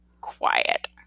quiet